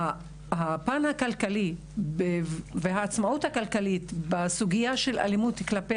הפן הכלכלי והעצמאות הכלכלית בסוגיית אלימות כלפי